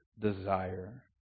desire